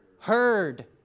heard